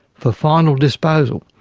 for final disposal.